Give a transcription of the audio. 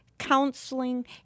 counseling